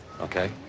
Okay